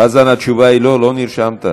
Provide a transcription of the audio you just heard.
חזן, התשובה היא לא, לא נרשמת.